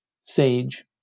Sage